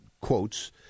quotes